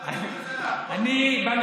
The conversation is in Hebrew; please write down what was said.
מי יבוא קודם, מד"א או איחוד הצלה.